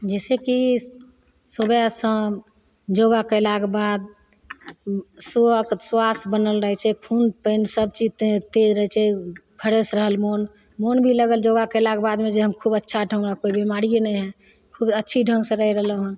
जइसेकि सुबह शाम योगा कएलाके बाद सो श्वास बनल रहै छै खून पानि सबचीज ते तेज रहै छै फ्रेश रहल मोन मोन भी लगल योगा कएलाके बादमे जे हम खूब अच्छा हमरा तऽ कोइ बेमारिए नहि हइ खूब अच्छे ढङ्गसे रहि रहलहुँ हँ